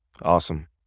Awesome